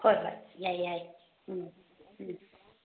ꯍꯣꯏ ꯍꯣꯏ ꯌꯥꯏ ꯌꯥꯏ ꯎꯝ ꯎꯝ